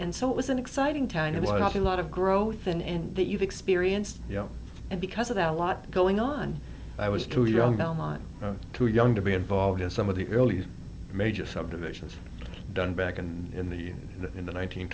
and so it was an exciting time and it was a lot of growth and that you've experienced you know and because of that a lot going on i was too young belmont too young to be involved in some of the early major subdivisions done back and in the in the